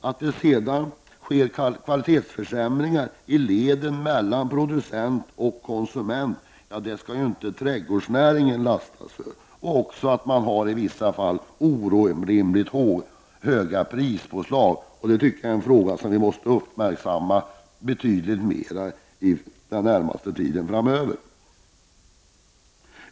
Att det sedan sker kvalitetsförsämringar i leden mellan producent och konsument skall trädgårdsnäringen inte lastas för. Däremot är det i många fall orimligt stora prispåslag i mellanleden -- en fråga som vi måste ägna betydligt större uppmärksamhet under den närmaste tiden framöver.